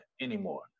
anymore